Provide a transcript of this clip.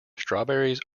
strawberries